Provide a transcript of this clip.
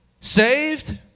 Saved